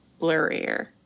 blurrier